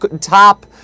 top